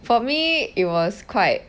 for me it was quite